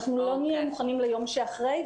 אנחנו לא נהיה מוכנים ליום שאחרי.